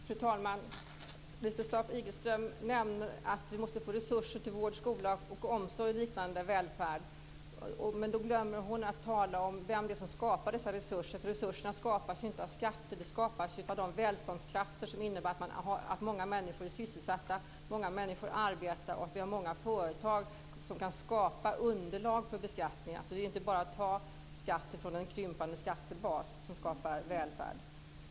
Fru talman! Lisbeth Staaf-Igelström nämnde att vi måste få resurser till vård, skola, omsorg och liknande välfärd. Men då glömmer hon att tala om vem det är som skapar dessa resurser. Resurserna skapas ju inte av skatter, utan de skapas av de välståndskrafter som innebär att många människor är sysselsatta, att många arbetar och att vi har många företag som kan skapa underlag för beskattning. Det är ju inte bara genom att man tar skatt från en krympande skattebas som man skapar välfärd.